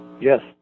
Yes